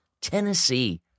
Tennessee